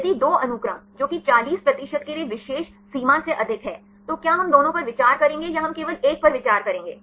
यदि दो अनुक्रम जो कि 40 प्रतिशत के लिए विशेष सीमा से अधिक हैं तो क्या हम दोनों पर विचार करेंगे या हम केवल 1 पर विचार करेंगे